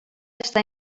està